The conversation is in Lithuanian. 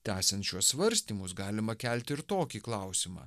tęsiant šiuos svarstymus galima kelti ir tokį klausimą